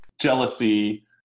jealousy